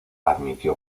admitió